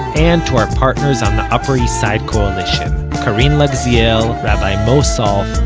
and to our partners on the upper east side coalition karin lagziel, rabbi mo salth,